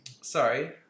Sorry